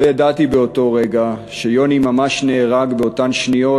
לא ידעתי באותו רגע שיוני נהרג ממש באותן שניות,